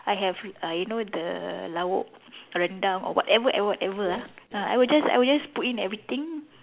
I have uh you know the lauk rendang or whatever whatever whatever ah ah I would just I would just put in everything